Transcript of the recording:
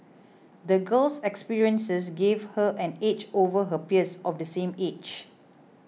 the girl's experiences gave her an edge over her peers of the same age